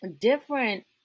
different